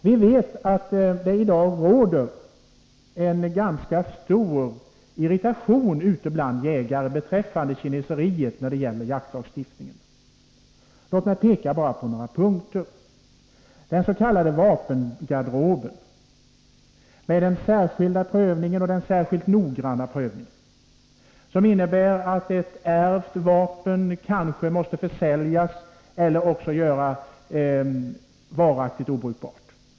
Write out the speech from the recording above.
Vi vet att det i dag råder ganska stor irritation bland jägarna över kineseriet beträffande jaktvapenlagstiftningen. Låt mig peka på några punkter. Vi har den s.k. vapengarderoben med den särskilt noggranna prövningen, som innebär att ett ärvt vapen kanske måste försäljas eller också göras varaktigt obrukbart.